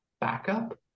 backup